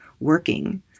working